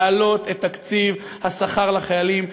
להעלות את תקציב השכר לחיילים,